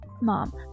Mom